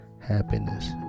happiness